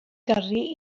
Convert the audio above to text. gyrru